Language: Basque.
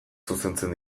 zuzentzen